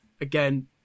Again